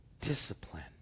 discipline